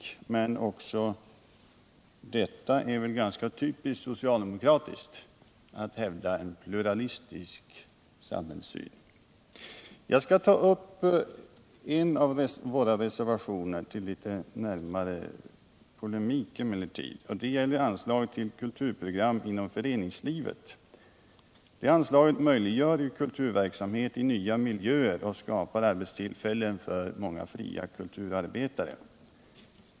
Men att hävda en pluralistisk samhällssyn är väl också det ganska typiskt socialdemokratiskt. Jag skall i stället argumentera för en av våra reservationer, och den gäller Anslag till kulturprogram inom föreningslivet. Det anslaget möjliggör kulturverksamhet i nya miljöer och skapar arbetstillfällen för många fria kulturarbetare.